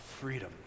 freedom